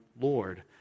lord